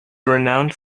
renowned